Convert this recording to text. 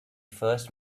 first